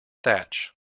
thatch